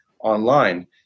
online